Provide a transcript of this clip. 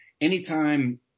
anytime